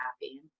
happy